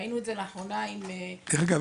דרך אגב,